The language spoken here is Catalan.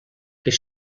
les